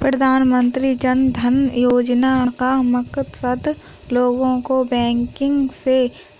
प्रधानमंत्री जन धन योजना का मकसद लोगों को बैंकिंग से